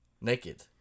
naked